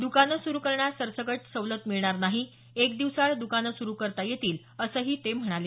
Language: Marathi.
द्काने सुरू करण्यास सरसगट सवलत मिळणार नाही एक दिवसाआड दुकाने सुरू करता येतील असंही ते म्हणाले